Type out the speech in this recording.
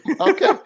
okay